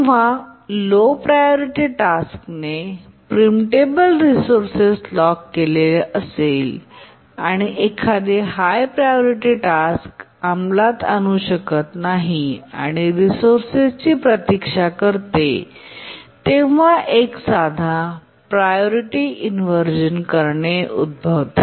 जेव्हा low priority टास्कने pre preemptable resources lock केले असेल आणि एखादे हाय प्रायोरिटी टास्क अंमलात आणू शकत नाही आणि रिसोर्सेस ची प्रतीक्षा करते तेव्हा एक साधा प्रायोरिटी इनव्हर्जन करणे उद्भवते